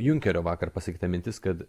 junkerio vakar pasakyta mintis kad